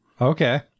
Okay